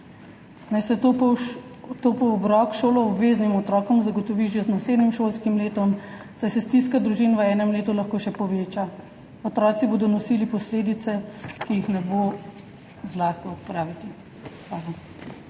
Naj se topel obrok šoloobveznim otrokom zagotovi že z naslednjim šolskim letom, saj se stiska družin v enem letu lahko še poveča. Otroci bodo nosili posledice, ki jih ne bo zlahka opraviti.